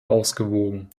ausgewogen